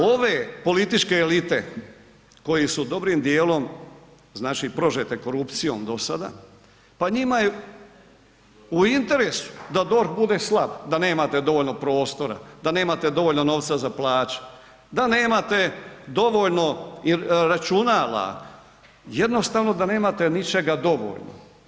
Ove političke elite koje su dobrim djelom, znači prožete korupcijom do sada, pa njima je u interesu da DORH bude slab, da nemate dovoljno prostora, da nemate dovoljno novca za plaće, da nemate dovoljno računala, jednostavno da nemate ničega dovoljno.